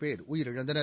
பேர் உயிரிழந்தனர்